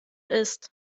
isst